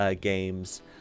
games